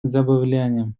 заболеваниям